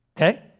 Okay